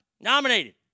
nominated